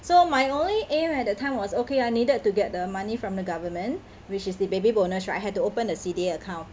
so my only aim at that time was okay I needed to get the money from the government which is the baby bonus I had to open the C_D_A account